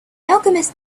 alchemist